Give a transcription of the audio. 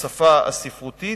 לשפה הספרותית.